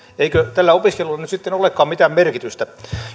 eikö tällä opiskelulla nyt sitten olekaan mitään merkitystä